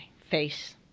face